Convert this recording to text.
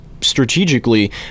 strategically